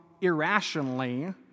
irrationally